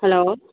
hello